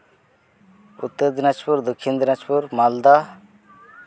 ᱩᱛᱛᱚᱨ ᱫᱤᱱᱟᱡᱽᱯᱩᱨ ᱫᱚᱠᱠᱷᱤᱱ ᱫᱤᱱᱟᱡᱽᱯᱩᱨ ᱢᱟᱞᱫᱟ